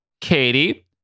Katie